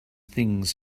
things